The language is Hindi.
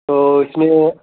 तो इसमें